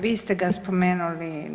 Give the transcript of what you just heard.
Vi ste ga spomenuli.